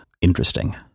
interesting